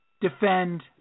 defend